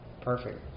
perfect